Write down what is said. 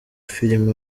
film